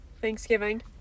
Thanksgiving